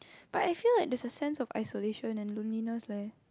but I feel like there's a sense of isolation and loneliness leh